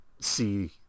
see